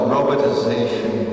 Robotization